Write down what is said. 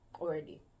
already